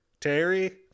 Terry